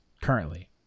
currently